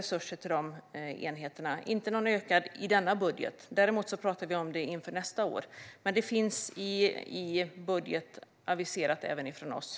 Det är oförändrat till dessa enheter och alltså ingen ökning i denna budget. Däremot pratar vi om det inför nästa år. Även från oss finns det aviserat i budget.